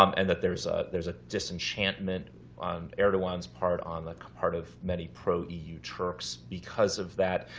um and that there's ah there's a disenchantment on erdogan's part on the part of many pro-eu turks because of that.